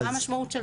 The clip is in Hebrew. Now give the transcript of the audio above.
מה המשמעות של זה?